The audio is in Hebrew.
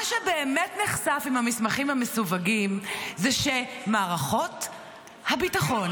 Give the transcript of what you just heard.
מה שבאמת נחשף עם המסמכים המסווגים הוא שמערכות הביטחון,